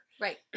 Right